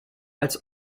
als